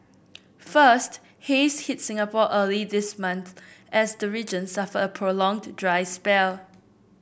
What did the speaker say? first haze hit Singapore early this month as the region suffered a prolonged dry spell